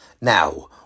Now